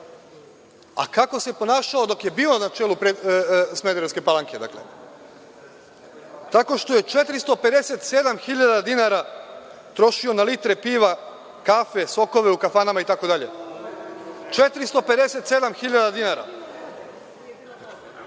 A kako se ponašao dok je bio na čelu Smederevske Palanke tako što je 457 hiljada dinara trošio na litre piva, kafe, sokova u kafanama i tako dalje, 457 hiljada dinara